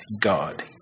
God